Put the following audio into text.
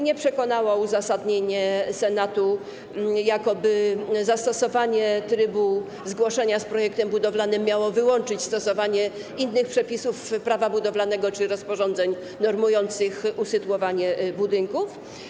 Nie przekonało ich uzasadnienie Senatu jakoby zastosowanie trybu zgłoszenia z projektem budowlanym miało wyłączyć stosowanie innych przepisów Prawa budowlanego czy rozporządzeń normujących usytuowanie budynków.